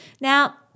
Now